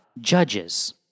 judges